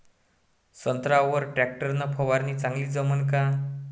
संत्र्यावर वर टॅक्टर न फवारनी चांगली जमन का?